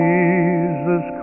Jesus